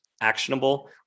actionable